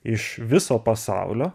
iš viso pasaulio